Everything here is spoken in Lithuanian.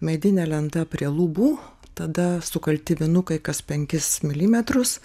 medinė lenta prie lubų tada sukalti vinukai kas penkis milimetrus